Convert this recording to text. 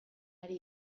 ari